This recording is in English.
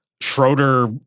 Schroeder